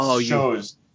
shows